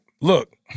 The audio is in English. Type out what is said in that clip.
look